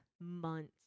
months